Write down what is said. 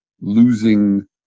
losing